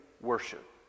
worship